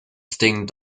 sting